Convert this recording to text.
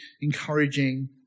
encouraging